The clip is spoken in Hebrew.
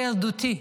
זה ילדותי.